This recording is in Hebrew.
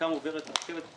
שדרכם עוברת הרכבת,